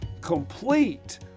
complete